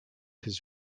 his